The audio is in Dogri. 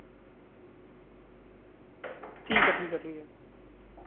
ठीक ऐ ठीक ऐ ठीक ऐ